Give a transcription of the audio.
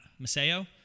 Maseo